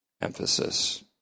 emphasis